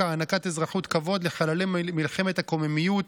הענקת אזרחות כבוד לחללי מלחמת הקוממיות,